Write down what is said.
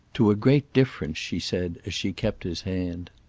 to a great difference, she said as she kept his hand.